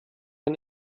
ein